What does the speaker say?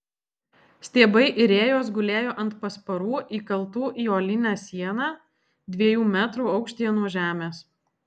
stiebai ir rėjos gulėjo ant pasparų įkaltų į uolinę sieną dviejų metrų aukštyje nuo žemės